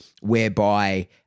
whereby